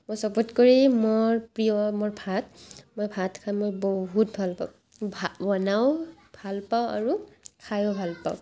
মোৰ চবতকৈ মোৰ প্ৰিয় মোৰ ভাত মই ভাত খাই মই বহুত ভাল পাওঁ ভাত বনাওঁ ভাল পাওঁ আৰু খায়ো ভাল পাওঁ